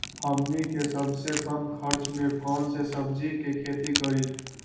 हमनी के सबसे कम खर्च में कौन से सब्जी के खेती करी?